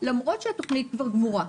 למרות שהתוכנית גמורה.